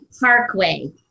parkway